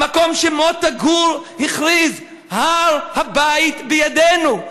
המקום שמוטה גור הכריז: "הר הבית בידינו".